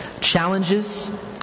challenges